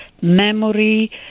memory